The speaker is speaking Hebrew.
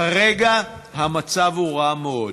כרגע המצב הוא רע מאוד.